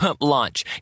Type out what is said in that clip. launch